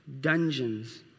dungeons